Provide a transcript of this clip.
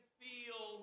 feel